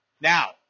Now